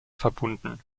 verbunden